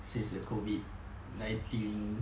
since the COVID nineteen